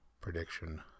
prediction